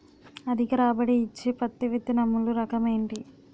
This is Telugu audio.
అధిక రాబడి ఇచ్చే పత్తి విత్తనములు రకం ఏంటి?